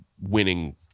winning